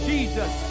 Jesus